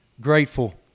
Grateful